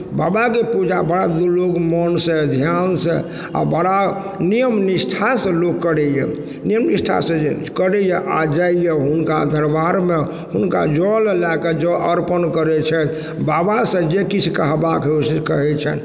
बाबाके पूजा बड़ा लोग मोनसँ ध्यानसँ आओर बड़ा नियम निष्ठासँ लोक करइए नियम निष्ठासँ जे करइए आओर जाइए हुनका दरबारमे हुनका जल लएके जँ अर्पण कर छन्हि बाबास जे किछु कहबाके होइ छै कहय छन्हि